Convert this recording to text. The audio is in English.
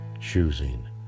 choosing